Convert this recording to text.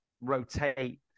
rotate